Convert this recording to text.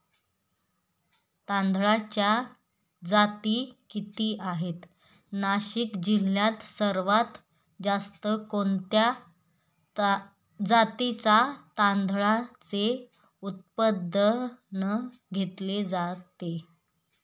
तांदळाच्या जाती किती आहेत, नाशिक जिल्ह्यात सर्वात जास्त कोणत्या जातीच्या तांदळाचे उत्पादन घेतले जाते?